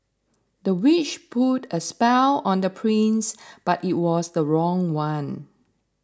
the witch put a spell on the prince but it was the wrong one